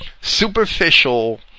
superficial